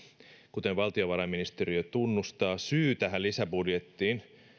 kuten valtiovarainministeriö tunnustaa syy tähän lisäbudjettiin